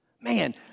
Man